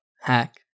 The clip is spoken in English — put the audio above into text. hack